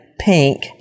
pink